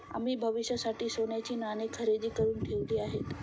आम्ही भविष्यासाठी सोन्याची नाणी खरेदी करुन ठेवली आहेत